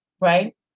Right